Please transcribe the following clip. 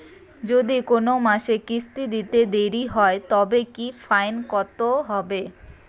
যদি কোন মাসে কিস্তি দিতে দেরি হয় তবে কি ফাইন কতহবে?